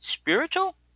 spiritual